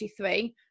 23